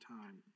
time